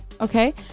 okay